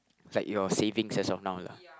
like your savings as of now lah